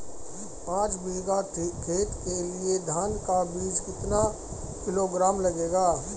पाँच बीघा खेत के लिये धान का बीज कितना किलोग्राम लगेगा?